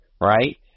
right